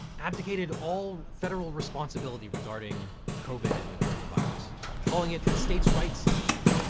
abdicated all federal responsibility regarding covid and the coronavirus, calling it a states rights issue,